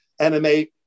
MMA